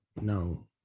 No